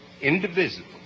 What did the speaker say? indivisible